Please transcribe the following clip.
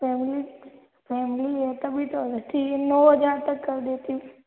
family family है तभी तो ठीक है नौ हज़ार तक कर देती हूँ